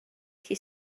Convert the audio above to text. chi